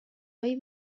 های